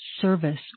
service